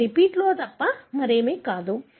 ఇవి రిపీట్ లోకి తప్ప మరేమీ కాదు